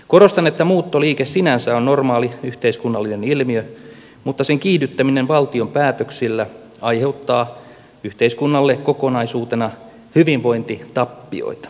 korostan että muuttoliike sinänsä on normaali yhteiskunnallinen ilmiö mutta sen kiihdyttäminen valtion päätöksillä aiheuttaa yhteiskunnalle kokonaisuutena hyvinvointitappioita